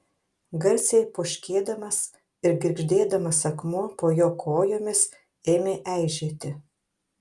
garsiai poškėdamas ir girgždėdamas akmuo po jo kojomis ėmė eižėti